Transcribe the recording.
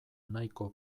nahiko